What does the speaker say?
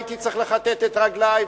הייתי צריך לכתת את רגלי,